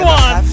one